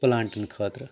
پٕلانٹن خٲطرٕ